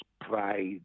pride